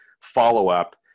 follow-up